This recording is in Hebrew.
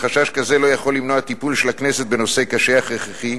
אך חשש כזה לא יכול למנוע טיפול של הכנסת בנושא קשה אך הכרחי,